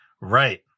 Right